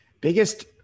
Biggest